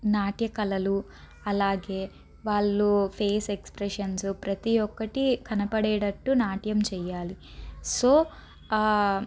నాట్య కళలు అలాగే వాళ్ళు ఫేస్ ఎక్స్ప్రెషన్సు ప్రతీ ఒక్కటి కనపడేటట్టు నాట్యం చేయాలి సో